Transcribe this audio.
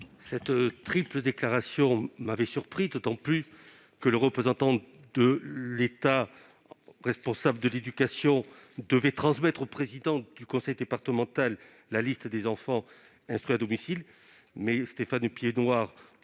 Cette triple déclaration m'avait surpris, d'autant que le représentant de l'État responsable de l'éducation doit transmettre au président du conseil départemental la liste des enfants instruits à domicile. L'amendement de Stéphane Piednoir